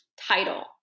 title